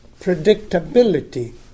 predictability